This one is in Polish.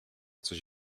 coś